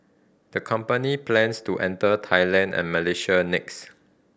the company plans to enter Thailand and Malaysia next